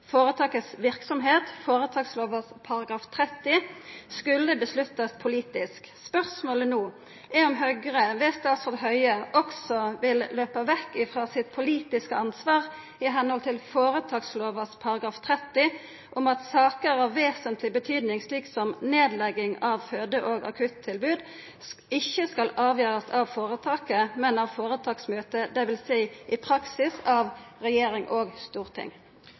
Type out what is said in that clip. virksomhet» – føretakslovas § 30 – skulle avgjerast politisk. Spørsmålet no er om Høgre, ved statsråd Høie, også vil løpa vekk frå sitt politiske ansvar, i samsvar med føretakslovas § 30, for at saker «av vesentleg betydning» – slik som nedlegging av føde- og akuttilbod – ikkje skal avgjerast av føretaket, men av føretaksmøtet, dvs. i praksis av regjering og storting.